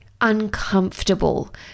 uncomfortable